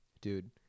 dude